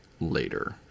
later